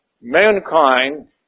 mankind